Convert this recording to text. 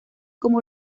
como